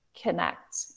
connect